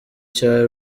cya